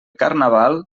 carnaval